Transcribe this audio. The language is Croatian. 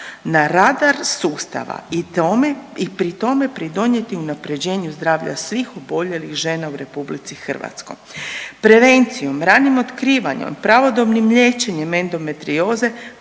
Na radar sustava i tome, i pri tome pridonijeti unapređenju zdravlja svih oboljelih žena u RH. Prevencijom, ranim otkrivanjem, pravodobnim liječenjem endometrioze